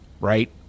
Right